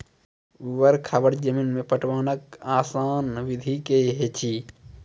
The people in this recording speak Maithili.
ऊवर खाबड़ जमीन मे पटवनक आसान विधि की ऐछि?